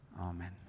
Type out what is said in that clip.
amen